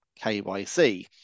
KYC